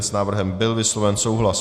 S návrhem byl vysloven souhlas.